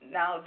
now